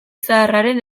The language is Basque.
zaharraren